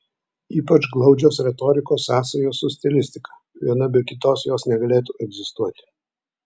ypač glaudžios retorikos sąsajos su stilistika viena be kitos jos negalėtų egzistuoti